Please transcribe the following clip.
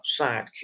sidekick